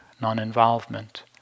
non-involvement